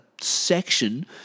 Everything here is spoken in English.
section